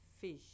fish